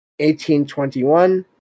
1821